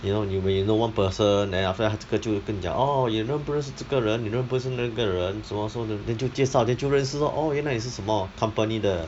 you know you may know one person then after that 他就这个就会跟你讲 orh 你认不认识这个人你认不认识那个人什么什么 then 你就介绍 then 你就认识 lor orh 原来你是什么 company 的